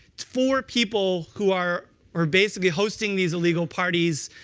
for people, who are are basically hosting these illegal parties,